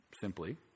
simply